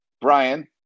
Brian